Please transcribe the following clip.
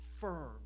firm